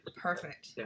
Perfect